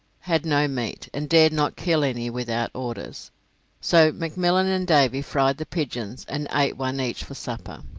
had no meat, and dared not kill any without orders so mcmillan and davy fried the pigeons, and ate one each for supper.